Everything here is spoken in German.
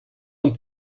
und